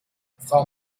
frau